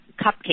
cupcake